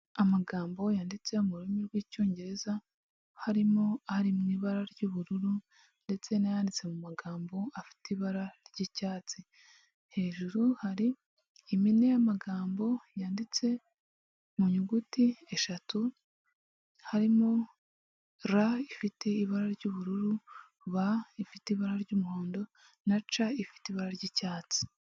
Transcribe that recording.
Amagambo yanditse mu rurimi rw'icyongereza harimo ari mu ibara ry'ubururu ndetse n'ayanditse mu magambo afite ibara ry'icyatsi. Hejuru hari impine y'amagambo yanditse mu nyuguti eshatu harimo r ifite ibara ry'ubururu, b ifite ibara ry'umuhondo na c ifite ibara ry'icyatsi.